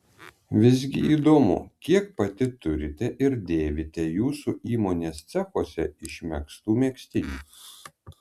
visgi įdomu kiek pati turite ir dėvite jūsų įmonės cechuose išmegztų megztinių